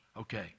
Okay